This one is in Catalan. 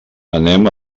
anem